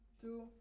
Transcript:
two